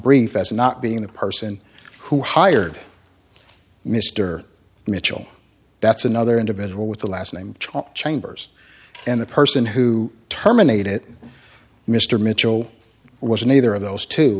brief as not being the person who hired mr mitchell that's another individual with the last name chambers and the person who terminated mr mitchell was in either of those two